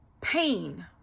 pain